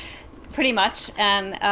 pretty much, and